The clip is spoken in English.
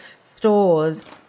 stores